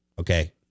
Okay